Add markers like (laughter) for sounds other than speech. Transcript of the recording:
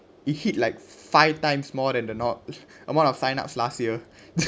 it hit like five times more than the lot (laughs) amount of sign-ups last year